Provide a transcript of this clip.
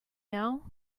now